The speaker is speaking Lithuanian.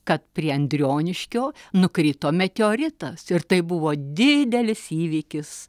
kad prie andrioniškio nukrito meteoritas ir tai buvo didelis įvykis